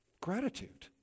gratitude